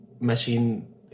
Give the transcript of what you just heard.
Machine